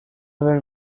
were